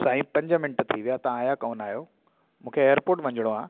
साईं पंज मिंट थी विया तव्हां आया कोन आहियो मूंखे एयरपोर्ट वञिणो आहे